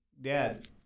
Dad